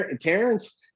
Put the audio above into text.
Terrence